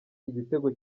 igitego